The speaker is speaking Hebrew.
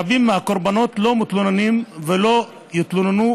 רבים מהקורבנות לא מתלוננים ולא יתלוננו,